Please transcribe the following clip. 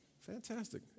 Fantastic